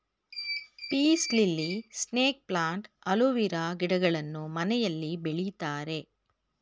piece lily, snake plant, aloe vera ಗಿಡಗಳನ್ನು ಮನೆಯಲ್ಲಿ ಬೆಳಿತಾರೆ